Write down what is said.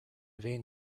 vain